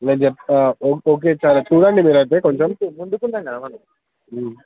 నేన్ చెప్తాను it's okay Charan నేను చెప్తాను చూడండి మీరు అయితే కొంచెం